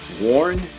warn